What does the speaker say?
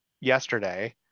yesterday